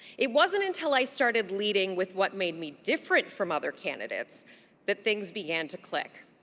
it wasn't until i started leading with what made me different from other candidates that things began to click.